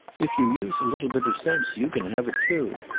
if you use a little bit of sense, you can have it too.